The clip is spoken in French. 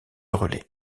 relai